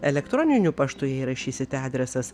elektroniniu paštu jei rašysite adresas